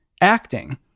acting